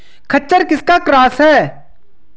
खच्चर किसका क्रास है?